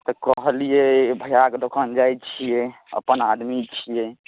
तऽ कहलियै भैया कऽ दोकान जाए छियै अपन आदमी छियै